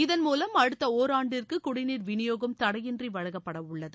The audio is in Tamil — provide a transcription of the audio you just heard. இதன் மூலம் அடுத்த ஓராண்டிற்கு குடிநீர் விநியோகம் தடையின்றி வழங்கப்பட உள்ளது